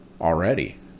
already